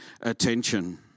attention